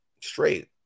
Straight